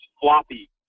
floppy